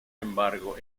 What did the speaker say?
embargo